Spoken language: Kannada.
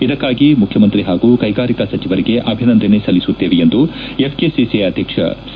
ಇದಕ್ಕಾಗಿ ಮುಖ್ಯಮಂತ್ರಿ ಹಾಗೂ ಕೈಗಾರಿಕಾ ಸಚಿವರಿಗೆ ಅಭಿನಂದನೆ ಸಲ್ಲಿಸುತ್ತೇವೆ ಎಂದು ಎಫ್ಕೆಸಿಸಿಐ ಅಧ್ಯಕ್ಷ ಸಿ